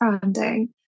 branding